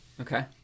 Okay